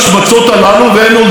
והן נולדו כאן.